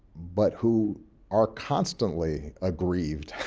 but who are constantly aggrieved